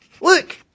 look